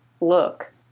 look